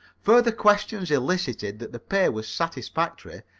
further questions elicited that the pay was satisfactory,